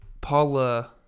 Paula